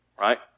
right